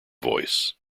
voice